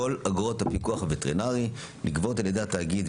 כל אגרות הפיקוח הווטרינרי נגבות על ידי התאגיד,